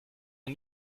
man